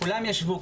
כולם ישבו,